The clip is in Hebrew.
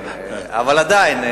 אבל עדיין,